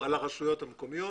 הרשות המקומיות,